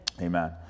Amen